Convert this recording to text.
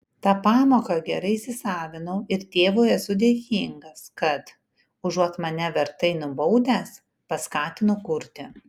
tą pamoką gerai įsisavinau ir tėvui esu dėkingas kad užuot mane vertai nubaudęs paskatino kurti